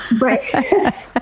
Right